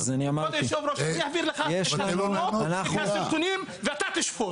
תראה את הסרטונים, ואתה תשפוט.